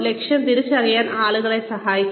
ലക്ഷ്യം തിരിച്ചറിയാൻ ആളുകളെ സഹായിക്കുക